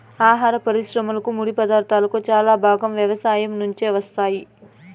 ఆహార పరిశ్రమకు ముడిపదార్థాలు చాలా భాగం వ్యవసాయం నుంచే వస్తాయి